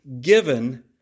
given